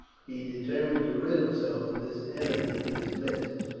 he determined to rid himself of this enemy in his midst.